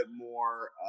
more